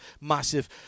massive